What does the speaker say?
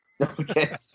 Okay